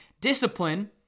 Discipline